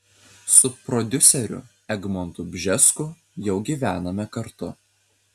su prodiuseriu egmontu bžesku jau gyvename kartu